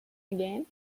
again